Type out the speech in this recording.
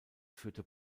führte